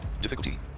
difficulty